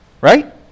right